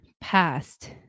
past